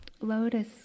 lotus